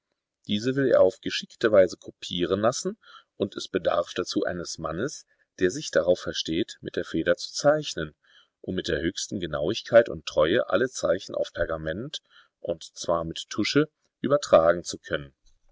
diese will er auf geschickte weise kopieren lassen und es bedarf dazu eines mannes der sich darauf versteht mit der feder zu zeichnen um mit der höchsten genauigkeit und treue alle zeichen auf pergament und zwar mit tusche übertragen zu können